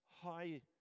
High